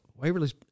Waverly's